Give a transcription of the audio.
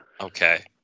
Okay